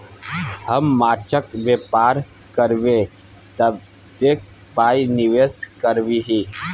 हम माछक बेपार करबै कतेक पाय निवेश करबिही?